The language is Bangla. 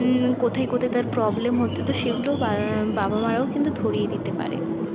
কোথায় কোথায় তার প্রবলেম হচ্ছে তো সেগুলো বা বাবা মারাও কিন্তু ধরিয়ে দিতে পারে